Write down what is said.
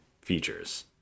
features